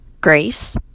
grace